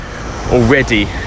already